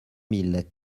mille